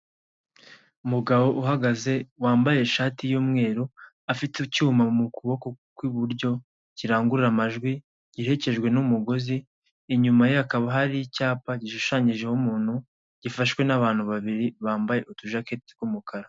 Umugabo uhagaze wambaye ishati y'umweru afite icyuma mu kuboko kw'iburyo kirangurura amajwi giherekejwe n'umugozi. Inyuma ye hakaba hari icyapa gishushanyijeho umuntu gifashwe n'abantu babiri bambaye utujaketi tw'umukara.